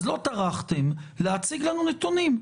אז לא טרחתם להציג לנו נתונים.